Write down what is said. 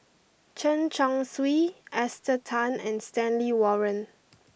Chen Chong Swee Esther Tan and Stanley Warren